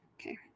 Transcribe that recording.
okay